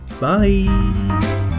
bye